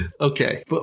Okay